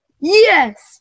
Yes